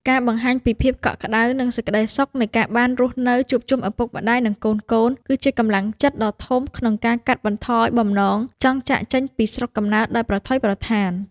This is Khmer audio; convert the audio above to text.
ការបង្ហាញពីភាពកក់ក្ដៅ និងសេចក្ដីសុខនៃការបានរស់នៅជួបជុំឪពុកម្ដាយ និងកូនៗ គឺជាកម្លាំងចិត្តដ៏ធំក្នុងការកាត់បន្ថយបំណងចង់ចាកចេញពីស្រុកកំណើតដោយប្រថុយប្រថាន។